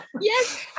Yes